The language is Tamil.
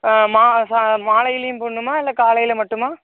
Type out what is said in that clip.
மா சா மாலையிலையும் போடணுமா இல்லை காலையில மட்டுமா